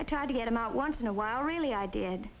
i tried to get him out once in a while really i did